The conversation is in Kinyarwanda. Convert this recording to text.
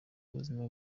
ubuzima